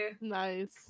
Nice